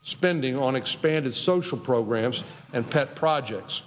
spending on expanded social programs and pet projects